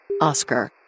Oscar